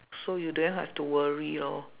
so you don't have to worry lor